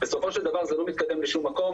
בסופו של דבר זה לא מתקדם לשום מקום.